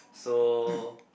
so